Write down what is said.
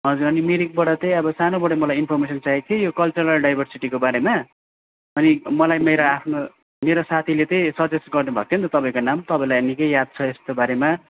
हजुर अनि मिरिकबाट चाहिँ अब सानोबडे मलाई इन्फर्मेसन चाहिएको थियो यो कल्चरल डाइभर्सिटीको बारेमा अनि मलाई मेरा आफ्ना मेरो साथीले चाहिँ सजेस्ट गर्नु भएको थियो नि त तपाईँको नाम तपाईँलाई निकै याद छ यसको बारेमा